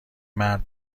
مرد